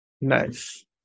Nice